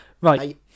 right